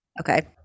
okay